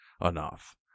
enough